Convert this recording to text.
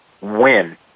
win